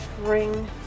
ring